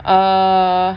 err